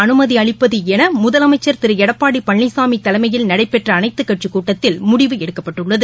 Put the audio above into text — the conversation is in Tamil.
அனுமதி அளிப்பது என முதலமைச்சர் திரு எடப்பாடி பழனிசாமி தலைமையில் நடைபெற்ற அனைத்துக் கட்சிக் கூட்டத்தில் முடிவு எடுக்கப்பட்டுள்ளது